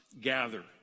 gather